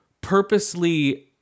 purposely